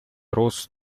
рост